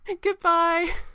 goodbye